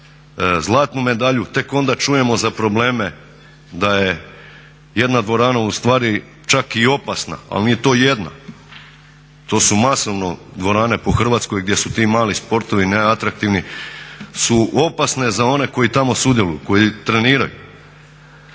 zlatnu medalju tek onda čujemo za probleme da je jedna dvorana ustvari čak i opasna, ali nije to jedna to su masovno dvorane po Hrvatskoj gdje su ti mali sportovi neatraktivni, su opasne za one koji tamo sudjeluju, koji treniraju.